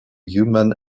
human